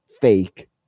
fake